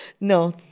No